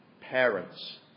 Parents